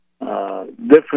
Different